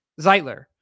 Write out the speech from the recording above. Zeitler